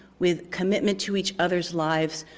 with commitment to each other's lives,